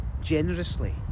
generously